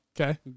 Okay